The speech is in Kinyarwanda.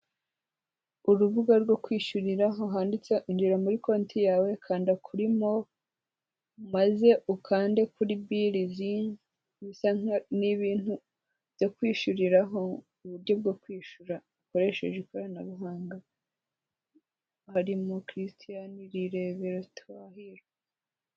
Urubuga rwo kwishyuriraho handitse injira muri konti yawe, kanda kuri mo maze ukande kuri birizi ni ibintu byo kwishyuriraho, uburyo bwo kwishyura ukoresheje ikoranabuhanga, harimo kirisitiyani irebero hiri.